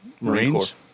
Marines